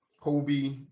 Kobe